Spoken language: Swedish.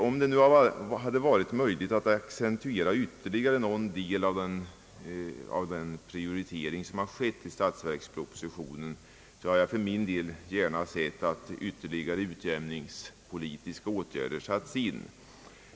Om det nu hade varit möjligt att accentuera ytterligare någon del av den prioritering som skett i statsverkspropositionen, hade jag för min del gärna sett att ytterligare utjämningspolitiska åtgärder satts in.